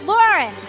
Lauren